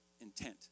intent